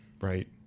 Right